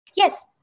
Yes